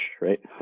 right